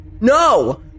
No